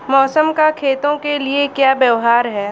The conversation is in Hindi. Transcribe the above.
मौसम का खेतों के लिये क्या व्यवहार है?